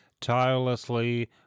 tirelessly